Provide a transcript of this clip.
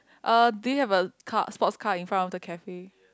uh do you have a car sports car in front of the cafe